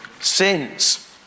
sins